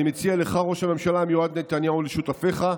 אני מציע לך, ראש הממשלה המיועד נתניהו, ולשותפיך,